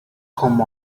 come